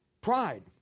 Pride